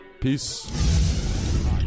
Peace